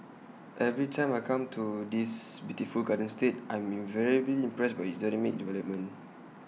every time I come to this beautiful garden state I'm invariably impressed by its dynamic development